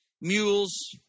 mules